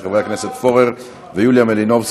של חברי הכנסת עודד פורר ויוליה מלינובסקי.